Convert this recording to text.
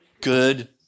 good